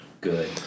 good